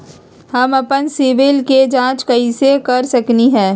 हम अपन सिबिल के जाँच कइसे कर सकली ह?